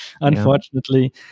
unfortunately